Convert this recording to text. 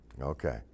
Okay